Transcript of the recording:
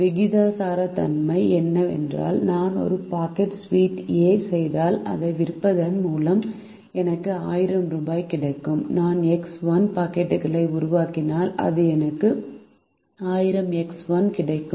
விகிதாசாரத்தன்மை என்னவென்றால் நான் ஒரு பாக்கெட் ஸ்வீட் ஏ செய்தால் அதை விற்பதன் மூலம் எனக்கு 1000 ரூபாய் கிடைக்கும் நான் எக்ஸ் 1 பாக்கெட்டுகளை உருவாக்கினால் எனக்கு 1000 எக்ஸ் 1 கிடைக்கும்